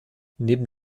neben